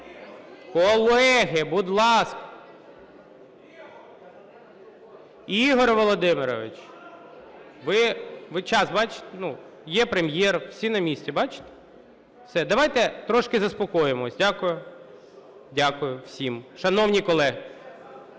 Колеги, будь ласка! (Шум у залі) Ігор Володимирович, ви час бачите? Є Прем'єр, всі на місці – бачите? Все, давайте трошки заспокоїмось. Дякую. Дякую всім. Шановні колеги!